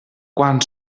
quan